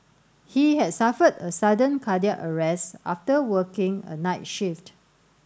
he had suffered a sudden cardiac arrest after working a night shift